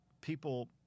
people